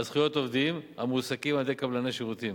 זכויות עובדים המועסקים על-ידי קבלני שירותים.